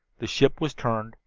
the ship was turned,